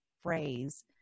phrase